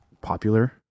popular